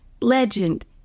legend